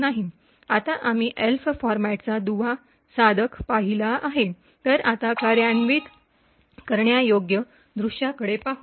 आता आम्ही एल्फ फॉरमॅटचा दुवा साधक पाहिला आहे तर आता कार्यान्वित करण्यायोग्य दृश्याकडे पाहू